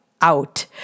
out